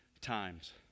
times